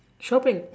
shopping